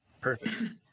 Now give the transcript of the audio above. Perfect